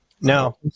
Now